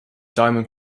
diamond